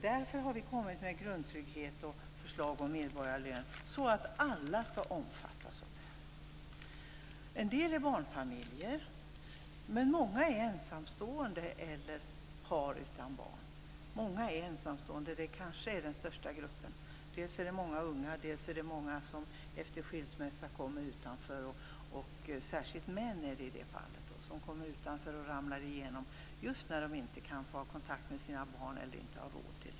Därför har vi lagt fram förslag om grundtrygghet och medborgarlön så att alla skall omfattas av detta. En del är barnfamiljer, men många är ensamstående eller par utan barn. Den största gruppen kanske är de ensamstående. Dels är det många unga, dels är det många som efter skilsmässa kommer utanför. Särskilt män är det som hamnar utanför och ramlar igenom just när de inte kan få eller inte har råd att ha kontakt med sina barn.